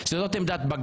זה לא דיון עכשיו.